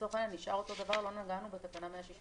לצורך העניין, נשאר אותו דבר, לא נגענו בתקנה 168